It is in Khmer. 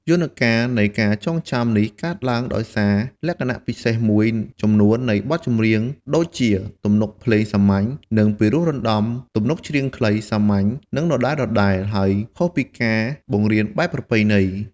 យន្តការនៃការចងចាំនេះកើតឡើងដោយសារលក្ខណៈពិសេសមួយចំនួននៃបទចម្រៀងដូចជា ទំនុកភ្លេងសាមញ្ញ និងពិរោះរណ្ដំ ទំនុកច្រៀងខ្លី សាមញ្ញ និងដដែលៗ ហើយខុសពីការបង្រៀនបែបប្រពៃណី។